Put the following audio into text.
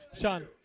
Sean